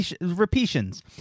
repetitions